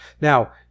Now